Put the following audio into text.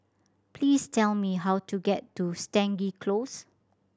please tell me how to get to Stangee Close